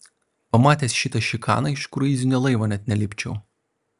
pamatęs šitą šikaną iš kruizinio laivo net nelipčiau